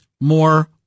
more